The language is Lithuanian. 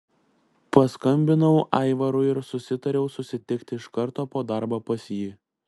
paskambinau aivarui ir susitariau susitikti iš karto po darbo pas jį